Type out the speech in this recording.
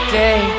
day